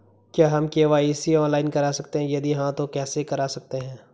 क्या हम KYC online करा सकते हैं यदि हाँ तो कैसे करा सकते हैं?